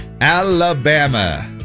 Alabama